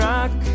Rock